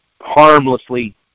harmlessly